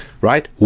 right